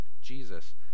Jesus